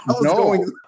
No